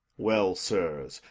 well, sirs,